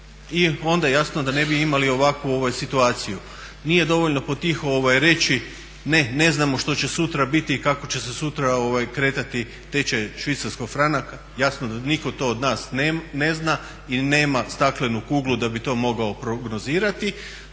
i onda jasno da ne bi imali ovakvu situaciju. Nije dovoljno potiho reći ne, ne znamo što će sutra biti i kako će se sutra kretati tečaj švicarskog franka, jasno da nitko to od nas ne zna i nema staklenu kuglu da bi to mogao prognozirati